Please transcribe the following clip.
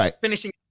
finishing